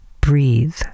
Breathe